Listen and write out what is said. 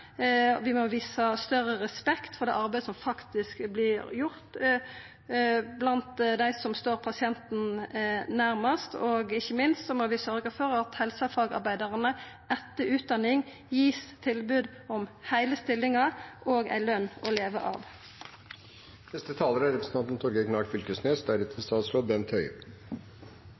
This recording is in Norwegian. vi må visa større respekt for det arbeidet som faktisk vert gjort blant dei som står pasienten nærmast. Og ikkje minst må vi sørgja for at helsefagarbeidarane etter utdanninga vert gitt tilbod om heile stillingar og ei løn å leva av.